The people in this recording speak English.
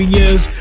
years